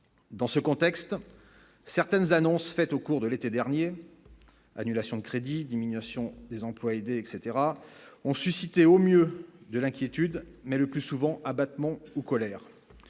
dans ce contexte, certaines annonces faites au cours de l'été dernier, annulations de crédits, diminution des emplois aidés, etc, ont suscité au mieux de l'inquiétude, mais le plus souvent abattements ou colère